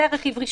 זה רכיב ראשון,